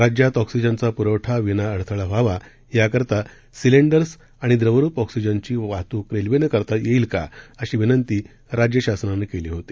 राज्यात ऑक्सीजनचा पूरवठा विना अडथळा व्हावा याकरता सिलेंडर्स आणि द्रवरुप ऑक्सीजनची वाहतूक रेल्वेने करता येईल का अशी विनंती राज्यशासनानं केली होती